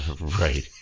Right